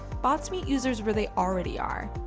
bots meet users where they already are,